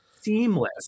seamless